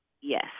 Yes